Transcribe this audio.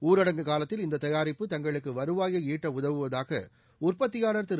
ஊரடங்கு காலத்தில் இந்த தயாரிப்பு தங்களுக்கு வருவாயை ஈட்ட உதவுவதாக உற்பத்தியாளா் திரு